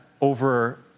over